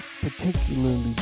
particularly